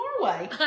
Norway